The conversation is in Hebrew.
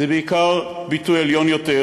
זה בעיקר ביטוי עליון יותר,